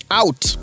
out